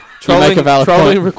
trolling